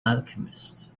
alchemist